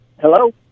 Hello